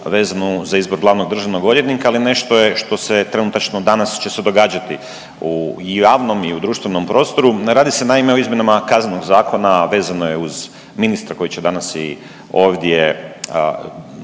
vezanu za izbor glavnog državnog odvjetnika, ali nešto je što se trenutačno danas će se događati u i u javnom i u društvenom prostoru. Radi se naime o izmjenama Kaznenog zakona, vezano je uz ministra koji će danas i ovdje